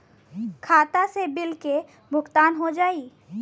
खाता से बिल के भुगतान हो जाई?